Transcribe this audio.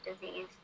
disease